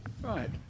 Right